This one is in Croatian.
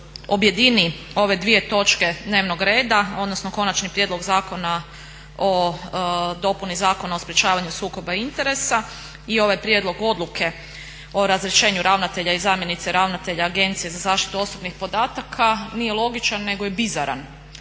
objedini ove dvije točke dnevnog reda odnosno Konačni prijedlog zakona o dopuni Zakona o sprečavanju sukoba interesa i ovaj Prijedlog odluke o razrješenju ravnatelja i zamjenice ravnatelja Agencije za zaštitu osobnih podataka nije logičan nego je bizaran